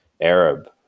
Arab